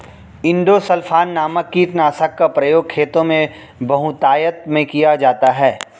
endosulfan नामक कीटनाशक का प्रयोग खेतों में बहुतायत में किया जाता है